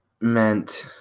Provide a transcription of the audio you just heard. meant